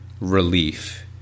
relief